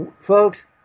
Folks